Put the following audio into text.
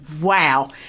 wow